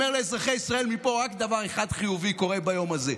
לאזרחי ישראל מפה: רק דבר אחד חיובי קורה ביום הזה,